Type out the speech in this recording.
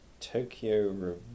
Tokyo